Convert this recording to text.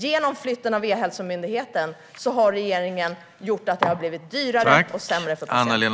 Genom flytten av E-hälsomyndigheten har regeringen gjort att det har blivit dyrare och sämre för patienterna.